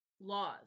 laws